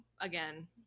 again